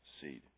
seed